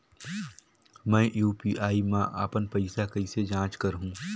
मैं यू.पी.आई मा अपन पइसा कइसे जांच करहु?